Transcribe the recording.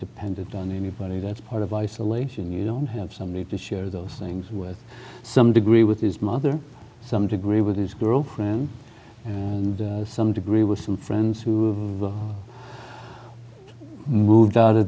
depended on the anybody that's part of isolation you don't have somebody to share those things with some degree with his mother some degree with his girlfriend and some degree with some friends who moved out